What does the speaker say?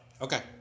Okay